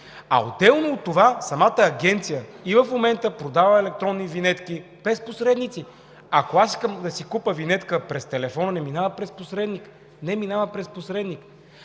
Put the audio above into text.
а отделно от това самата Агенция и в момента продава електронни винетки без посредници. Ако аз искам да си купя винетка през телефона, не минава през посредник, не минава през посредник